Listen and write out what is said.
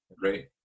great